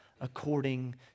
according